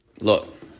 Look